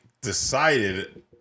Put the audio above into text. decided